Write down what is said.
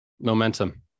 momentum